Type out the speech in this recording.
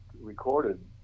recorded